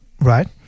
right